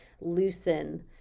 loosen